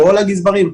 כל הגזברים,